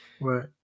Right